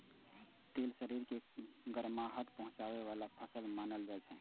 तिल शरीर के गरमाहट पहुंचाबै बला फसल मानल जाइ छै